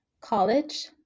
college